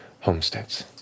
homesteads